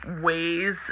ways